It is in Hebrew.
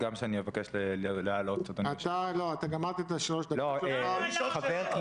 ואי אפשר להזיז ראש ממשלה אם לא עונים לפחות על X חברי